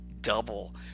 double